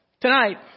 tonight